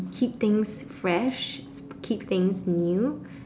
keep things fresh keep things new